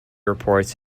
reports